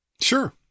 Sure